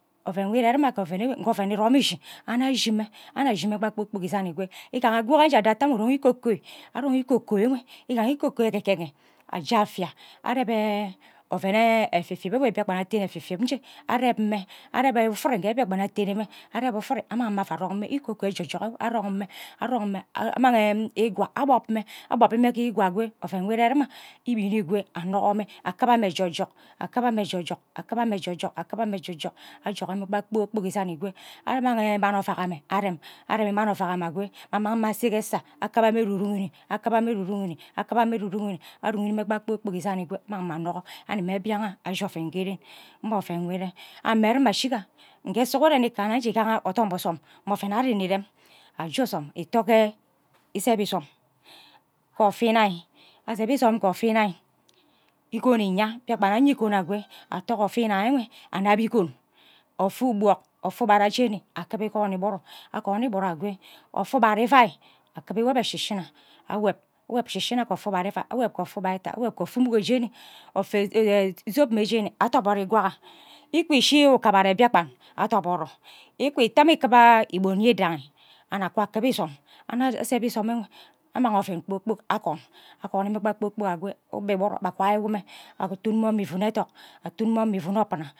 Oven nwo ire rema ke oven enwe nkor oven irom eshi anno ashi mme annuk ashi mme gba kpor kpok isan akwe igaha wo ke nje adot ate amme irong ikokoi arong ikokoi enwe igaha ikokoi ideghene aje afia arebe oven nne efifib enwe mbiakpan atene efifib nje areb mme areb ufuri nge mbia kpan atene mme areb ufuri aman mme ava arong arong mme ikokoi ejejok arong mme arong mme amang ghe ikwa akpob mme akpobi ghe ikwa akwe oven nwo ire rima ibin ekwe anogor mme akiba mme ejejok akiba mme ejejok akiba mme ejejok akiba mme ejejok ajok gha mme gba kpor kpok isan ikwe amang mani ovak amme arebh areh mani ovak amme akwe amang mme ase ghe esa akiba mme erurogini akiba mme erurugini akiba mme erurugini arugini mme kpa kpor kpok isan ikwe anmang mme annogor animme mbiak ashi oven ke ren mme oven nwo irie ame erema ashiga nghe sughuru ikana nje igaha odom ozom mme oven ari nne irem aje ose ithoke ise izom ke ofe inai aseb izom kor ofe inai igan inya mmbiakpan aye igon akwe atoghe ofe inai enwe annabi igon ofe ugbok ofe ubara jeni akiba igwon igburu akwon ighuru akwe ofe ugbara ivai akiba iwobe shishina awob awob shishina kor ofe ugbara ivai awob ke ofe ugbara itad awob nge ofe ihgbara umugo jeni ofe zob mme jeni adiboro ikwa ghe ishi ukabara mbiakpan adoboro iku ita amme ikiba igbo nwi idangi anno akwa akibi izem azeb izem mme enwe amma oven kpor kpok agon ugoni mme gba kpor kpok akwe igba igburu abhe akwai wo mme ava tuu wo mme ivun ethok atu wo mme ivun obuna